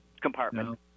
compartment